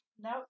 Now